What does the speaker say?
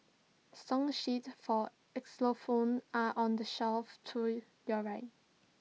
song sheets for are on the shelf to your right